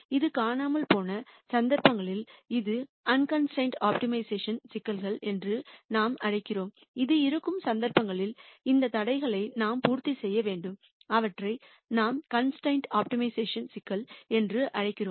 இது காணாமல் போன சந்தர்ப்பங்களில் இது ஆன்கான்ஸ்டரைனெட் ஆப்டிமைசேஷன் சிக்கல்கள் என்று நாம் அழைக்கிறோம் இது இருக்கும் சந்தர்ப்பங்களில் இந்த தடைகளை நாம் பூர்த்தி செய்ய வேண்டும் அவற்றை நாம் கான்ஸ்டரைனெட் ஆப்டிமைசேஷன் சிக்கல்கள் என்று அழைக்கிறோம்